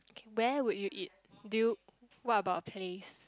where would you eat do you what about a place